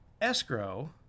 Escrow